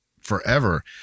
forever